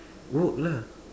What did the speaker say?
work lah